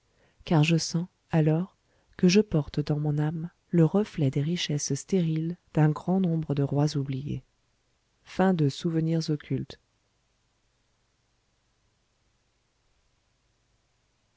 car je sens alors que je porte dans mon âme le reflet des richesses stériles d'un grand nombre de rois oubliés